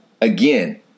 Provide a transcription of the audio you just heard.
again